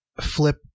flip